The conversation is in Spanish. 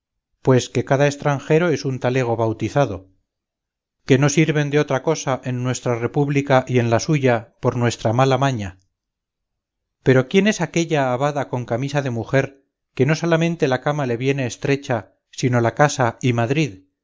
pues que cada estranjero es un talego bautizado que no sirven de otra cosa en nuestra república y en la suya por nuestra mala maña pero quién es aquella abada con camisa de mujer que no solamente la cama le viene estrecha sino la casa y madrid